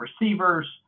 receivers